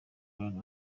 abantu